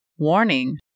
Warning